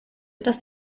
das